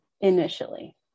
initially